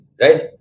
Right